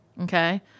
Okay